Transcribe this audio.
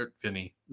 Vinny